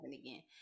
again